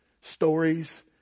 stories